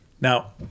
Now